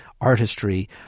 artistry